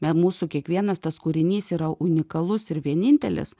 me mūsų kiekvienas tas kūrinys yra unikalus ir vienintelis